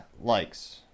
likes